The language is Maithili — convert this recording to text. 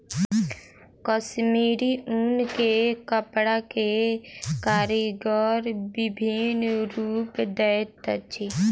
कश्मीरी ऊन के कपड़ा के कारीगर विभिन्न रूप दैत अछि